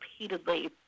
repeatedly